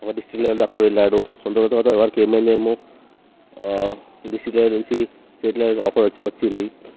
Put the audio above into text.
ఒక district level దాకా వెళ్ళాడు కొన్ని రోజుల తర్వాత ఎవరికి ఏమైయ్యిందో ఏమో ఆ డిస్ట్రిక్ట్ లెవెల్ నుంచి స్టేట్ లెవెల్కి ఆఫర్ వచ్చింది